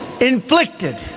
inflicted